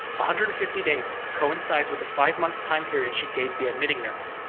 hundred and fifty days coincides with the five month time period she gave the admitting nurse.